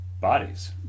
bodies